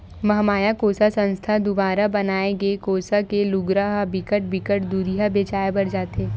महमाया कोसा संस्था दुवारा बनाए गे कोसा के लुगरा ह बिकट बिकट दुरिहा बेचाय बर जाथे